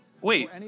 wait